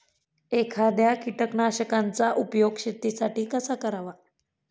एखाद्या कीटकनाशकांचा उपयोग शेतीसाठी कसा करावा?